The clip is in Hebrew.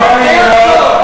איך אתה יכול לומר דבר כזה?